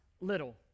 little